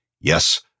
yes